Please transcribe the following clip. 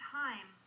time